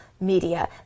media